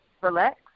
relax